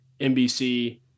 NBC